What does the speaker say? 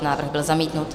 Návrh byl zamítnut.